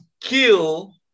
kill